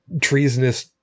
treasonous